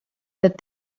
that